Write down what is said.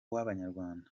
wabanyarwanda